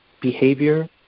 behavior